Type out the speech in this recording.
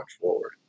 forward